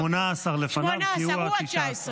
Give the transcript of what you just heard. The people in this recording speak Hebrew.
18 לפניו, הוא ה-19.